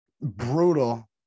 brutal